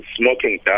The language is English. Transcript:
smoking